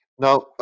Now